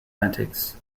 antics